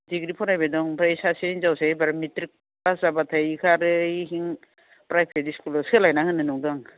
degree फरायबाय दं ओमफाय सासे हिन्जावसाया एबार मिट्रिक पास जाबाथाय एखौ आरो इथिं प्राइभेट स्कुलआव सोलायना होनो नंदां